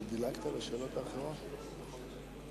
שאלה נוספת לחבר הכנסת גדעון עזרא, בבקשה.